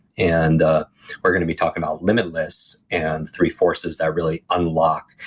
and ah we're going to be talking about limitless, and three forces that really unlock,